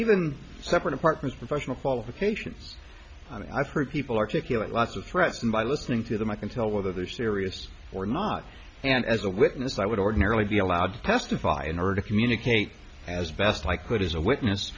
even separate apartments professional qualifications i mean i've heard people articulate lots of threats and by listening to them i can tell whether they're serious or not and as a witness i would ordinarily be allowed to testify in order to communicate as best i could as a witness